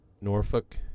Norfolk